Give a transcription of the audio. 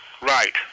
Right